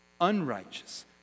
unrighteous